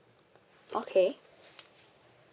okay